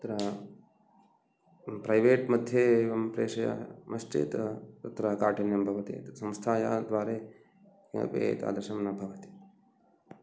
अत्र प्रैवेट्मध्ये अहं प्रेषयामश्चेत् तत्र काठिन्यं भवति तत् संस्थायाः द्वारे किमपि एतादृशं न भवति